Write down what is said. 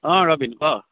অঁ ৰবীন ক